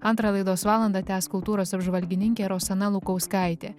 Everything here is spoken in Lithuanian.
antrą laidos valandą tęs kultūros apžvalgininkė rosana lukauskaitė